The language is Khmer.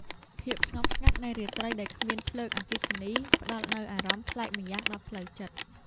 ភាពស្ងប់ស្ងាត់នៃរាត្រីដែលគ្មានភ្លើងអគ្គិសនី ផ្តល់នូវអារម្មណ៍ប្លែកម្យ៉ាងដល់ផ្លូវចិត្ត។